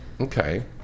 Okay